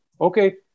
Okay